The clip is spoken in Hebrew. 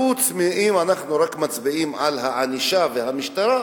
אם אנחנו רק מצביעים על הענישה ועל המשטרה,